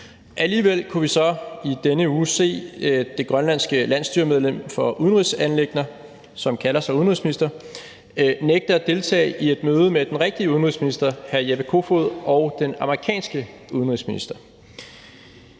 Alligevel kunne vi så i denne uge se det grønlandske landsstyremedlem for udenrigsanliggender, som kalder sig udenrigsminister, nægte at deltage i et møde med den rigtige udenrigsminister, hr. Jeppe Kofod, og den amerikanske udenrigsminister.